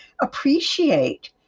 appreciate